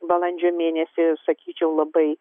balandžio mėnesį sakyčiau labai